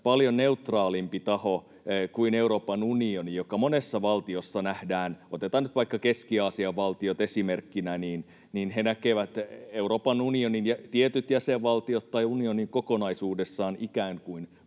paljon neutraalimpi taho kuin Euroopan unioni, joka monessa valtiossa nähdään... Otetaan nyt vaikka Keski-Aasian valtiot esimerkkinä: he näkevät Euroopan unionin ja tietyt jäsenvaltiot tai unionin kokonaisuudessaan ikään kuin